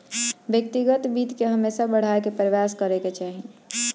व्यक्तिगत वित्त के हमेशा बढ़ावे के प्रयास करे के चाही